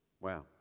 Wow